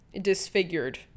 disfigured